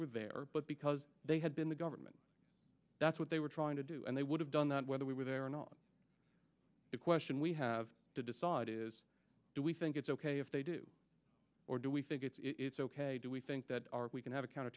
were there but because they had been the government that's what they were trying to do and they would have done that whether we were there or not the question we have to decide is do we think it's ok if they do or do we think it's it's ok do we think that we can have a